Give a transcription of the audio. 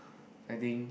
I think